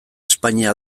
espainia